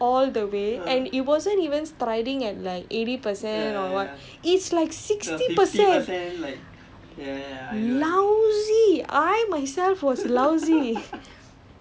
I didn't even make it to the three hundred after two hundred I was already striding all the way and it wasn't even striding at like eighty percent or what it's like sixty percent